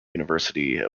university